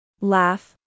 Laugh